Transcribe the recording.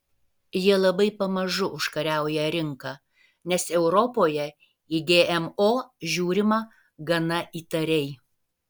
jie labai pamažu užkariauja rinką nes europoje į gmo žiūrima gana įtariai